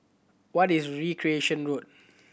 what is Recreation Road